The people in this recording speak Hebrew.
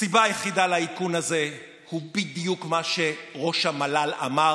הסיבה היחידה לאיכון הזה היא בדיוק מה שראש המל"ל אמר,